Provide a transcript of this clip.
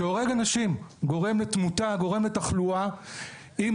שגורמים לתמותה ולתחלואה והורג אנשים,